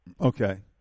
Okay